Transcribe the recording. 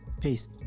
Peace